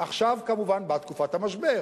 עכשיו כמובן באה תקופת המשבר.